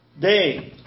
day